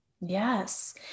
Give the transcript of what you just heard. Yes